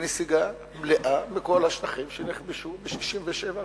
ונסיגה מלאה מכל השטחים שנכבשו ב-67',